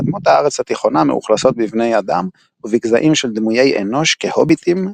אדמות הארץ התיכונה מאוכלסות בבני אדם ובגזעים של דמויי-אנוש כהוביטים,